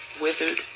withered